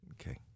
Okay